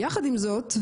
יחד עם זאת,